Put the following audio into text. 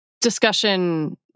discussion